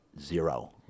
zero